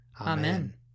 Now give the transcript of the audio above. Amen